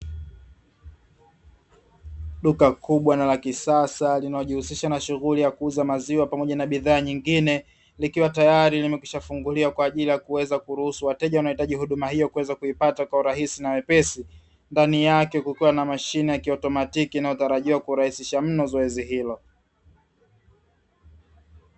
Duka kubwa na la kisasa linalojihusisha na shughuli ya kuuza maziwa pamoja na bidhaa nyingine, likiwa tayari limekwishafunguliwa kwa ajili ya kuweza kuruhusu wateja wanahitaji huduma hiyo kuweza kuzipata kwa urahisi na wepesi, ndani yake kukiwa na mashine ya kiautomatiki inayotarajiwa kurahisisha mno zoezi hilo.